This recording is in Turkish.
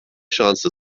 şansı